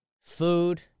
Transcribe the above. food